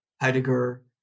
Heidegger